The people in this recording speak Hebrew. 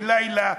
ולילה,